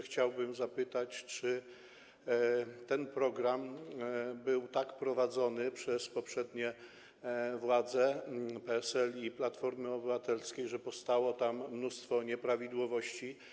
Chciałbym zapytać, czy ten program był tak prowadzony przez poprzednie władze, PSL i Platformy Obywatelskiej, że powstało tam mnóstwo nieprawidłowości.